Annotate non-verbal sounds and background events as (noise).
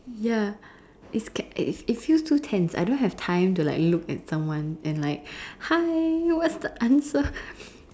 ya it's scared it it feels to tense I don't have time to look at someone and like hi what's the answer (breath)